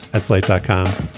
and slate dot com.